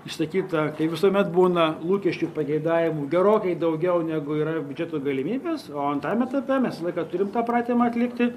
išsakyta kai visuomet būna lūkesčių pageidavimų gerokai daugiau negu yra biudžeto galimybės o antrajam etape mes laiką turim tą pratimą atlikti